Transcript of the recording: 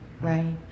Right